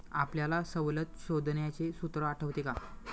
आपल्याला सवलत शोधण्याचे सूत्र आठवते का?